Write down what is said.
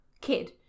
kid